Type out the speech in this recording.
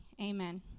amen